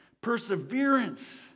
perseverance